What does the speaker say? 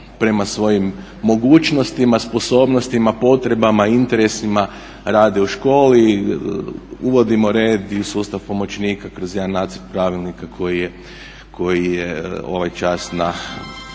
prema svojim mogućnostima, sposobnostima, potrebama, interesima rade u školi. Uvodimo red i u sustav pomoćnika kroz jedan nacrt pravilnika koji je ovaj čas na